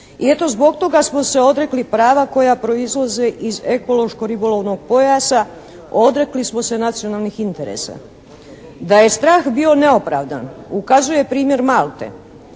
i eto zbog toga smo se odrekli prava koja proizlaze iz ekološko-ribolovnog pojasa, odrekli smo se nacionalnih interesa. Da je strah bio neopravdan ukazuje primjer Malte.